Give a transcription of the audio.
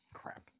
crap